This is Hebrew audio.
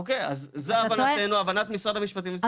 אוקיי אז זה להבנתנו ולהבנת משרד המשפטים.